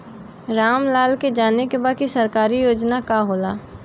राम लाल के जाने के बा की सरकारी योजना का होला?